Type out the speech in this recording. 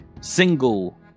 single